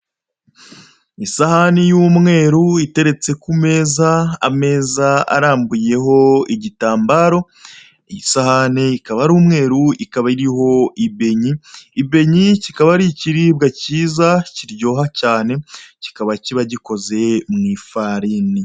Isahani y'umweru iteretse ku meza ameza arambuyeho igitambaro, iyi sahani ikaba ari umweru ikaba iriho ibenyi, ibenyi kikaba ari ikiribwa kiza kiryoha cyane kikaba kiba gikoze mu ifarini.